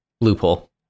loophole